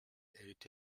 eight